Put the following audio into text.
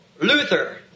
Luther